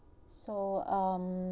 so um